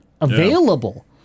available